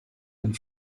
and